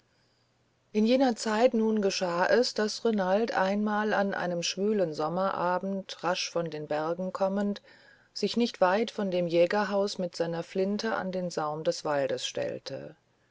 in jener zeit nun geschah es daß renald einmal an einem schwülen sommerabend rasch von den bergen kommend sich nicht weit von dem jägerhaus mit seiner flinte an den saum des waldes stellte